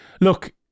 look